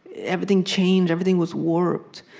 everything changed. everything was warped.